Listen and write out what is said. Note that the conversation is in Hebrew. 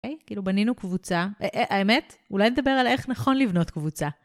אוקיי? כאילו בנינו קבוצה. האמת? אולי נדבר על איך נכון לבנות קבוצה.